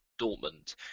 Dortmund